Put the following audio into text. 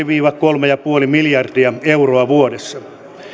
viiva kolme pilkku viisi miljardia euroa vuodessa